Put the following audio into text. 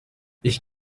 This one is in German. ich